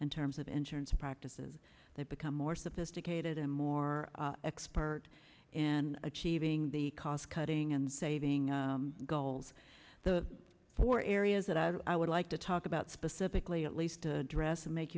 in terms of insurance practices they become more sophisticated and more expert in achieving the cost cutting and saving goals the four areas that i would like to talk about specifically at least to address it make